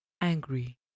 angry